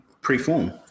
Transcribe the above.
pre-form